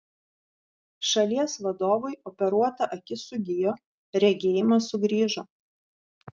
šalies vadovui operuota akis sugijo regėjimas sugrįžo